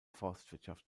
forstwirtschaft